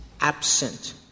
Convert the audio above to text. absent